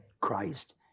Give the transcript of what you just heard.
Christ